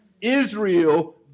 Israel